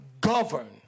govern